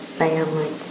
family